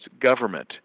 government